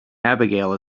abigail